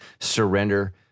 surrender